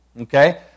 okay